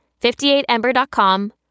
58ember.com